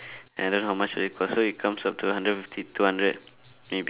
and don't know how much will it cost so it comes up to hundred fifty two hundred maybe